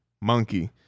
monkey